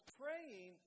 praying